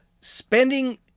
Spending